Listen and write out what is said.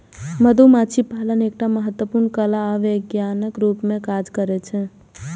मधुमाछी पालन एकटा महत्वपूर्ण कला आ विज्ञानक रूप मे काज करै छै